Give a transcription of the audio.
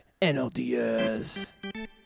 NLDS